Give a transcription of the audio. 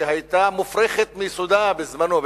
שהיתה מופרכת מיסודה בזמנו,